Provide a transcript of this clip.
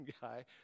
guy